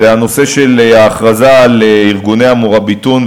זה הנושא של ההכרזה על ארגוני ה"מוראביטון"